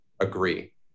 agree